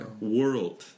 World